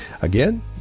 Again